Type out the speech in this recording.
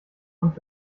und